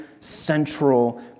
central